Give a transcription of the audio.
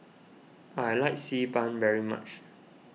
I like Xi Ban very much